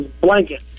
blanket